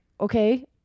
okay